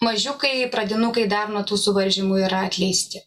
mažiukai pradinukai dar nuo tų suvaržymų yra atleisti